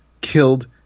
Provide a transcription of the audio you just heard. killed